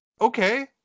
Okay